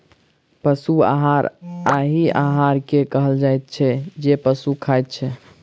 पशु आहार ओहि आहार के कहल जाइत छै जे पशु खाइत छै